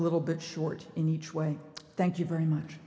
little bit short in each way thank you very much